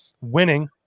winning